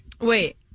Wait